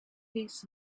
his